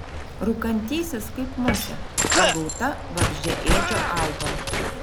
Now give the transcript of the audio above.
rūkantysis kaip musė pagauta vabzdžiaėdžio augalo